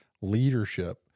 leadership